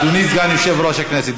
אדוני סגן יושב-ראש הכנסת,